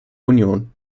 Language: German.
union